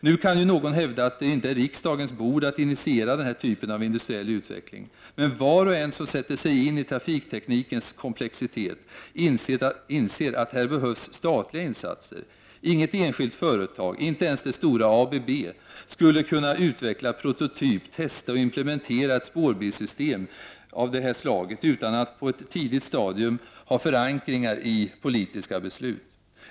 Nu kan ju någon hävda att det inte är riksdagens bord att initiera den här typen av industriell utveckling, men var och en som sätter sig in trafikteknikens komplexitet inser att här behövs statliga insatser. Inget enskilt företag, inte ens det stora ABB, skulle kunna utveckla prototyp, testa och implementera ett spårbilssystem av det här slaget utan att på ett tidigt stadium ha förankringar i politiska beslut.